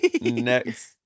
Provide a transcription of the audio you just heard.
Next